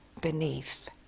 beneath